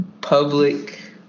public